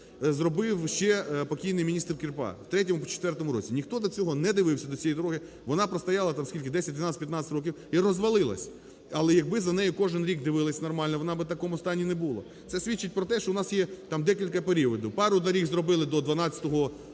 зробив ще покійний міністр Кірпа в 2003-2004 році, ніхто до цього не дивився до цієї дороги, вона простояла там скільки: 10,12, 15 років - і розвалилася. Але якби за нею кожен рік дивилися нормально, вона би в такому стані не була. Це свідчить про те, що у нас є там декілька періодів. Пару доріг зробили до 2012-го року,